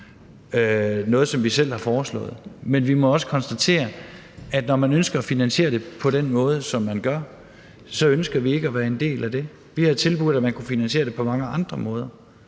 noget, som vi selv har foreslået, men vi må også konstatere, at når man ønsker at finansiere det på den måde, som man gør, så ønsker vi ikke at være en del af det. Vi havde tilbudt, at man kunne finansiere det på mange andre måder,